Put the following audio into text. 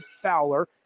Fowler